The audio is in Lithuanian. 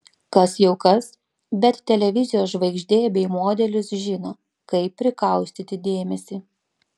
kas jau kas bet televizijos žvaigždė bei modelis žino kaip prikaustyti dėmesį